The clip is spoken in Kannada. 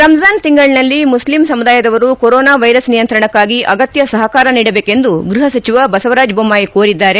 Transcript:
ರಂಜಾನ್ ತಿಂಗಳನಲ್ಲಿ ಮುಸ್ಲಿಂ ಸಮುದಾಯದವರು ಕೊರೋನಾ ವೈರಸ್ ನಿಯಂತ್ರಣಕ್ಕಾಗಿ ಅಗತ್ತ ಸಹಕಾರ ನೀಡಬೇಕೆಂದು ಗೃಹಸಚಿವ ಬಸವರಾಜ್ ಬೊಮ್ಬಾಯಿ ಕೋರಿದ್ದಾರೆ